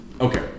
Okay